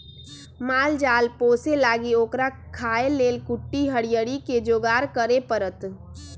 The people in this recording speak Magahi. माल जाल पोशे लागी ओकरा खाय् लेल कुट्टी हरियरी कें जोगार करे परत